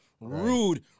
Rude